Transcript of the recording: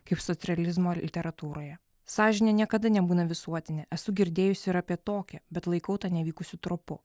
kaip socrealizmo literatūroje sąžinė niekada nebūna visuotinė esu girdėjusi ir apie tokią bet laikau tą nevykusiu tropu